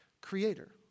creator